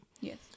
Yes